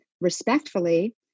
respectfully